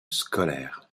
scolaire